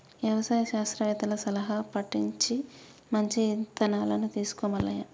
యవసాయ శాస్త్రవేత్తల సలహా పటించి మంచి ఇత్తనాలను తీసుకో మల్లయ్య